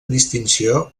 distinció